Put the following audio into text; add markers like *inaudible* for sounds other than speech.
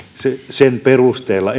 sen perusteella *unintelligible*